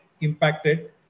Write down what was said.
impacted